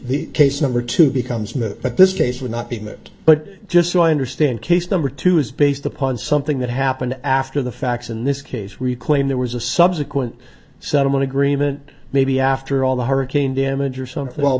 the case number two becomes moot but this case was not being that but just so i understand case number two is based upon something that happened after the facts in this case where you claim there was a subsequent settlement agreement maybe after all the hurricane damage or something